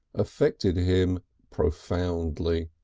affected him profoundly.